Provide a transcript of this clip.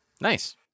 Nice